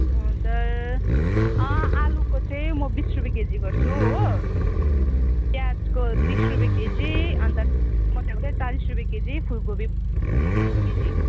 अँ आलुको चाहिँ म बिस रुपियाँ केजी गर्छु हो प्याजको तिस रुपियाँ केजी अन्त मटर चाहिँ चालिस रुपियाँ केजी फुलकोपी केजी